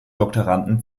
doktoranden